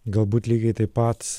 galbūt lygiai taip pat